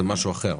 זה משהו אחר.